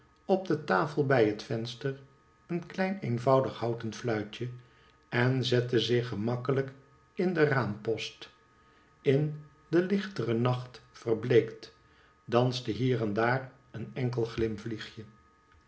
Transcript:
op de tafel bij het venster een klein eenvoudig houten fluitje en zette zich gemakkelijk in de raampost in den lichteren nacht verbleekt danste hier en daar een enkel